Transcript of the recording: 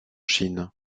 chine